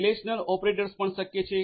relational operators પણ શક્ય છે